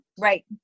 Right